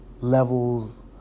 levels